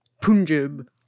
Punjab